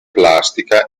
plastica